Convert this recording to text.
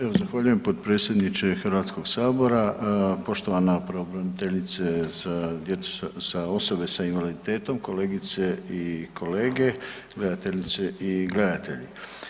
Evo zahvaljujem potpredsjedniče HS-a, poštovana pravobraniteljice za djecu, sa osobe sa invaliditetom, kolegice i kolege, gledateljice i gledatelji.